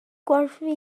gwerthu